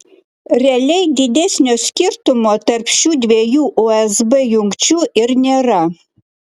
realiai didesnio skirtumo tarp šių dviejų usb jungčių ir nėra